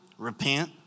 repent